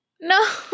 No